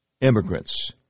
immigrants